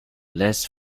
less